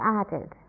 added